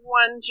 one